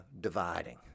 dividing